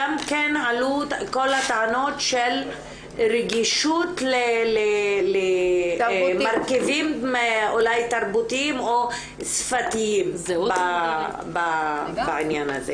עלו כל הטענות של רגישות למרכיבים אולי תרבותיים או שפתיים בעניין הזה,